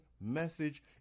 message